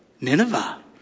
Nineveh